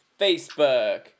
Facebook